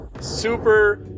super